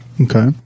Okay